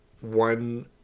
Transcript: one